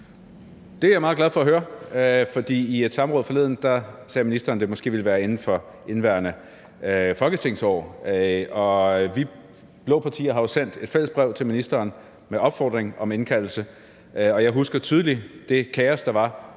Det er jeg meget glad for at høre, for i et samråd forleden sagde ministeren, at det måske ville blive inden for indeværende folketingsår. Vi blå partier har jo sendt et fælles brev til ministeren med en opfordring til indkaldelse, og jeg husker tydeligt det kaos, der var